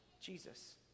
Jesus